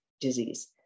disease